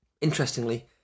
Interestingly